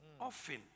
often